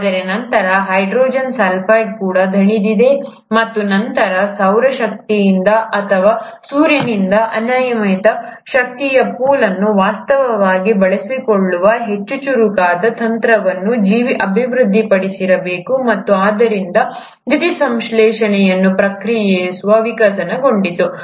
ಆದರೆ ನಂತರ hydrogen sulphide ಕೂಡ ದಣಿದಿದೆ ಮತ್ತು ನಂತರ ಸೌರ ಶಕ್ತಿಯಿಂದ ಅಥವಾ ಸೂರ್ಯನಿಂದ ಅನಿಯಮಿತ ಶಕ್ತಿಯ ಪೂಲ್ ಅನ್ನು ವಾಸ್ತವವಾಗಿ ಬಳಸಿಕೊಳ್ಳುವ ಹೆಚ್ಚು ಚುರುಕಾದ ತಂತ್ರವನ್ನು ಜೀವಿ ಅಭಿವೃದ್ಧಿಪಡಿಸಿರಬೇಕು ಮತ್ತು ಆದ್ದರಿಂದ ದ್ಯುತಿಸಂಶ್ಲೇಷಣೆಯ ಪ್ರಕ್ರಿಯೆಯು ವಿಕಸನಗೊಂಡಿತು